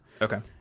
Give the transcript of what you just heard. Okay